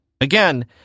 Again